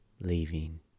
leaving